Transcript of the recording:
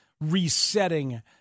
resetting